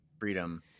freedom